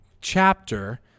chapter